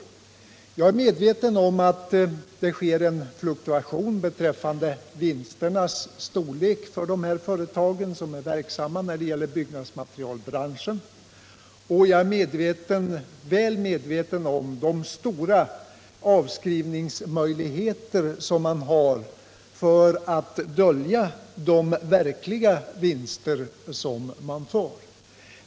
Jag är medveten om att vinsternas storlek fluktuerar för de företag som är verksamma inom byggnadsmaterielbranschen, och jag är också väl medveten om de stora avskrivningsmöjligheter som finns för att dölja de verkliga vinster som man får.